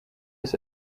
his